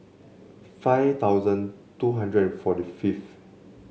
five thousand two hundred and forty fifth